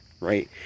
right